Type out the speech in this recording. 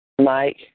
Mike